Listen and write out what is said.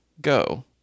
go